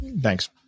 thanks